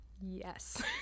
Yes